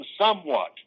somewhat